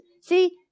See